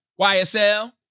YSL